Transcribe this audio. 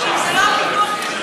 ומה שאמרו שם זה לא פיתוח טכנולוגי,